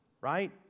Right